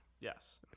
yes